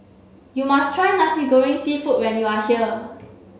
you must try Nasi Goreng Seafood when you are here